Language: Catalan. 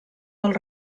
del